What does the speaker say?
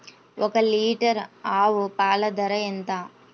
ఒక్క లీటర్ ఆవు పాల ధర ఎంత?